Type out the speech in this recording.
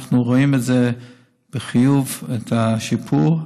אנחנו רואים בחיוב את השיפור.